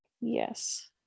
yes